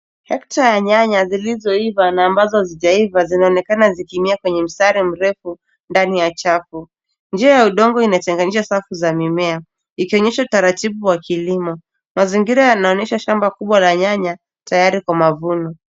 Safu za nyanya zilizoiva na ambazo hazijaiva zinaonekana zikimea kwenye mstari mrefu ndani ya chafu. Njia ya udongo inachanganyisha safu za mimea, ikionyesha utaratibu wa kilimo. Mazingira yanaonesha shamba kubwa la nyanya tayari kwa mavuno.